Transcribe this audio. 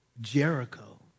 Jericho